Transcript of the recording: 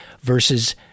versus